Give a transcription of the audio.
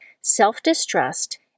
self-distrust